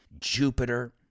Jupiter